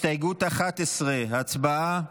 הסתייגות מס' 11, הצבעה.